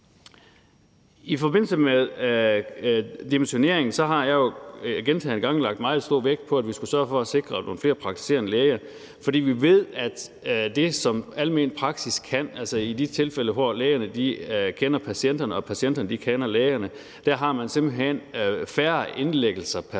I forbindelse med dimensioneringen har jeg jo gentagne gange lagt meget stor vægt på, at vi skulle sørge for at sikre nogle flere praktiserende læger, for vi ved, hvad almen praksis kan. I de tilfælde, hvor lægerne kender patienterne og patienterne kender lægerne, har man simpelt hen færre indlæggelser pr.